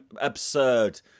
absurd